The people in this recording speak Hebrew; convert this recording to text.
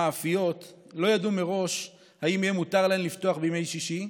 המאפיות לא ידעו מראש אם יהיה מותר להן לפתוח בימי שישי,